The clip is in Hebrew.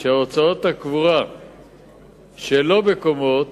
שהוצאות הקבורה שלא בקומות